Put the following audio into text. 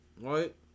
right